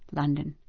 london.